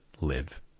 live